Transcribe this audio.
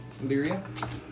Lyria